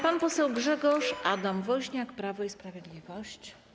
Pan poseł Grzegorz Adam Woźniak, Prawo i Sprawiedliwość.